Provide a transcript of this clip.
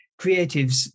creatives